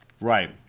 Right